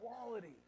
equality